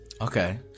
Okay